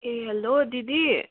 ए hello दिदी